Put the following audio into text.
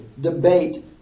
debate